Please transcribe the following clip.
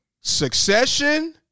Succession